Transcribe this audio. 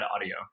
audio